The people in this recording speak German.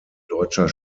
deutscher